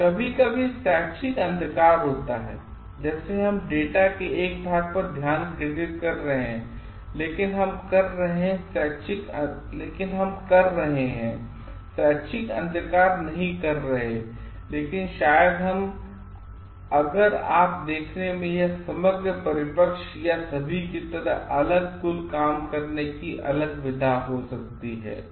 तो कभी कभी किशैक्षिक अंधकारहोता है जैसे हम केवल डेटा के एक भाग पर ध्यान केंद्रित कर रहे हैंलेकिनहमकर रहे हैंशैक्षिक अंधकार नहींकर रहे लेकिनशायदहम अगरआपदेखनेमेंयह एकसमग्रपरिप्रेक्ष्यया सभी की तरह अलग अलगकुलकाम करने के अलग विधा हो सकती है